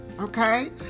Okay